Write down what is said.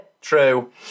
True